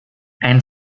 ein